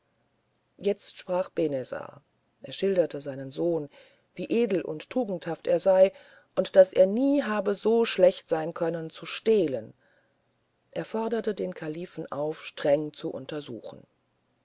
jetzt sprach auch benezar er schilderte seinen sohn wie edel und tugendhaft er sei und daß er nie habe so schlecht sein können zu stehlen er forderte den kalifen auf streng zu untersuchen